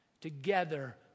together